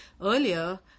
earlier